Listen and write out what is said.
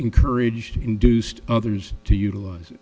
encourage induced others to utilize